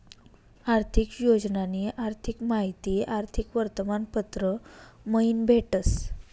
आर्थिक योजनानी अधिक माहिती आर्थिक वर्तमानपत्र मयीन भेटस